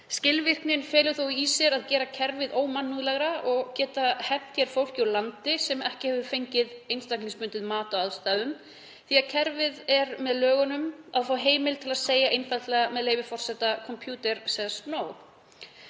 Skilvirknin felur þó í sér að gera kerfið ómannúðlegra og geta hent fólki úr landi sem ekki hefur fengið einstaklingsbundið mat á aðstæðum því að kerfið er með lögunum að fá heimild til að segja einfaldlega: „Computer says